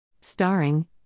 Starring